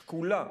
שקולה,